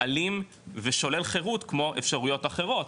אלים ושולל חירות, כמו אפשריות אחרות.